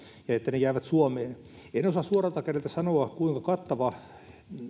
ja että ne jäävät suomeen en osaa suoralta kädeltä sanoa kuinka kattava